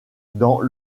dans